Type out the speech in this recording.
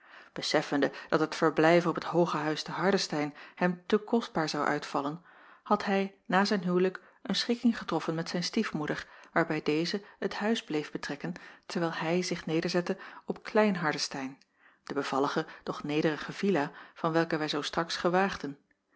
beseffende dat het verblijf op het hooge huis te hardestein hem te kostbaar zou uitvallen had hij na zijn huwlijk een schikking getroffen met zijn stiefmoeder waarbij deze het huis bleef betrekken terwijl hij zich nederzette op klein hardestein de bevallige doch nederige villa van welke wij zoo straks gewaagden